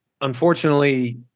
unfortunately